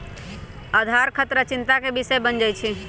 आधार खतरा चिंता के विषय बन जाइ छै